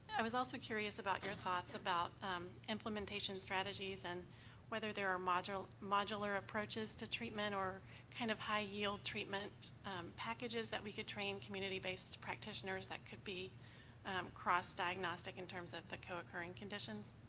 i was also curious about your thoughts about implementation strategies and whether there are modular modular approaches to treatment or kind of high yield treatment packages that we can train community based practitioners that could be cross diagnostic in terms of the co occurring conditions.